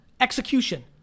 Execution